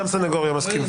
גם סניגוריה מסכימים.